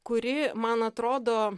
kuri man atrodo